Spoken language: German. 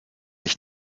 ich